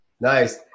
Nice